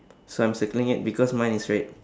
so I'm circling it because mine is red